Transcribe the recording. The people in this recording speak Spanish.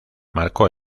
marcó